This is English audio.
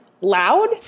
loud